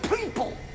people